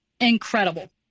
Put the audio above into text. incredible